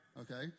okay